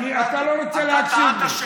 כי אתה לא רוצה להקשיב לי.